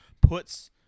puts